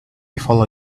follow